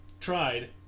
Tried